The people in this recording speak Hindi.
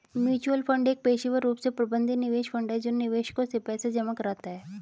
म्यूचुअल फंड एक पेशेवर रूप से प्रबंधित निवेश फंड है जो निवेशकों से पैसा जमा कराता है